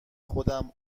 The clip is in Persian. خودم